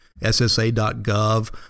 ssa.gov